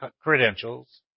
credentials